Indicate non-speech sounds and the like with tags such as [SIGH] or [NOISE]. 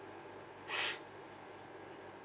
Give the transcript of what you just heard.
[BREATH]